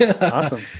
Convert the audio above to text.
Awesome